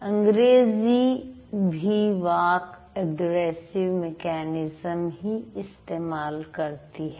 अंग्रेजी भी वाक् अग्रेसिव मेकैनिज्म ही इस्तेमाल करती है